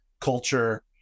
culture